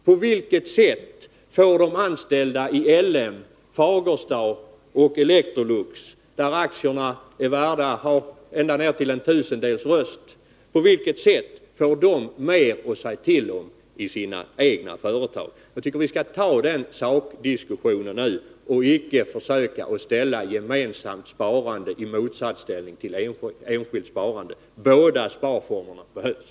På vilket sätt får de anställda i LM, Fagersta och Electrolux, där aktiernas värde är nere i vad som motsvaras av en tusendels röst, mer att säga till omi sina företag? Jag tycker vi skall föra den sakdiskussionen nu, och icke försöka ställa gemensamt sparande i motsatsförhållande till enskilt sparande. Båda sparformerna behövs.